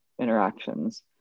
interactions